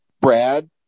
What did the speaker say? brad